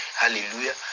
Hallelujah